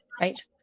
right